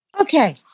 Okay